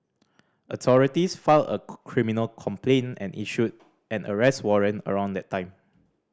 authorities filed a criminal complaint and issued an arrest warrant around that time